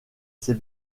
ses